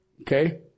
Okay